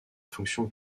fonction